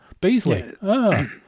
Beasley